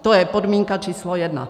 To je podmínka číslo jedna.